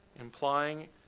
implying